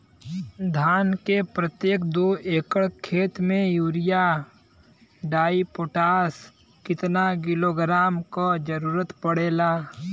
धान के प्रत्येक दो एकड़ खेत मे यूरिया डाईपोटाष कितना किलोग्राम क जरूरत पड़ेला?